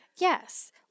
Yes